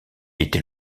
était